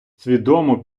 свідомо